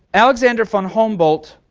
alexander von humboldt